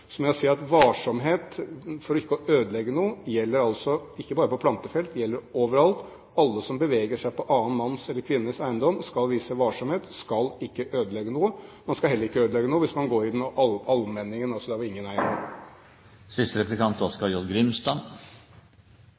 Så må jeg si at varsomhet for ikke å ødelegge noe gjelder altså ikke bare på plantefelt, det gjelder overalt. Alle som beveger seg på annen manns eller kvinnes eiendom, skal vise varsomhet, skal ikke ødelegge noe. Man skal heller ikke ødelegge noe hvis man går i allmenningen, altså der hvor ingen eier